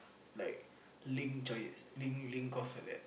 like linked join linked course like that